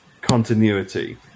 continuity